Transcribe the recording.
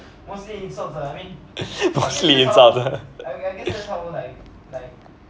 most insults ah